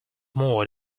more